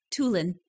Tulin